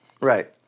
Right